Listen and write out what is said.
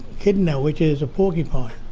echidna which is a porcupine.